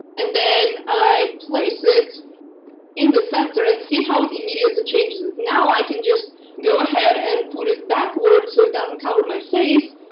and then i place it in the center and see how it immediately changes now i can just go ahead and put it backward so it doesn't cover my face.